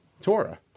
Torah